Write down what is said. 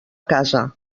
casa